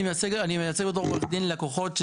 אני מייצג לקוחות.